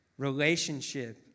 relationship